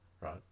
right